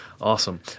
Awesome